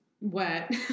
wet